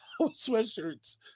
sweatshirts